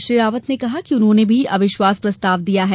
श्री रावत ने कहा कि उन्होंने भी अविश्वास प्रस्ताव दिया है